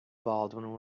baldwin